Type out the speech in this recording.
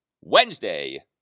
Wednesday